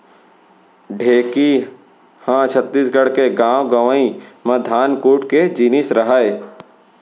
ढेंकी ह छत्तीसगढ़ के गॉंव गँवई म धान कूट के जिनिस रहय